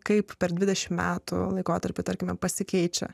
kaip per dvidešimt metų laikotarpiu tarkime pasikeičia